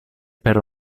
per